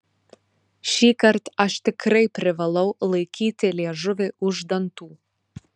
šįkart aš tikrai privalau laikyti liežuvį už dantų